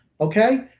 Okay